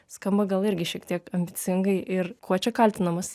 skamba gal irgi šiek tiek ambicingai ir kuo čia kaltinamas